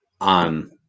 on